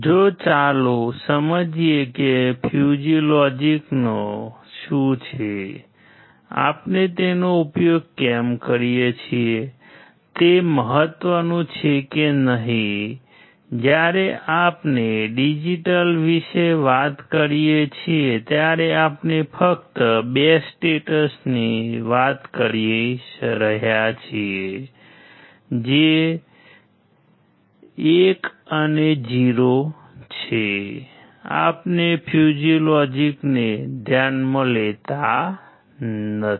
તો ચાલો સમજીએ કે ફ્યૂજી લોજીકને ધ્યાનમાં લેતા નથી